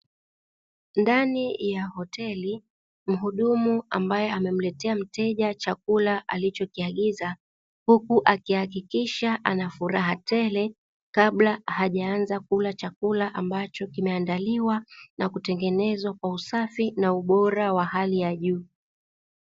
Ndani ya hoteli mhudumu ambae amemletea mteja chakula alichokiagiza huku akihakikisha anafuraha tele kabla ajaanza kula chakula ambacho kimeandaliwa na kimetengenezwa kwa usafi na ubora wa hali ya juu.